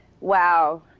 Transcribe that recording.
Wow